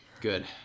good